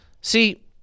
See